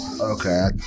Okay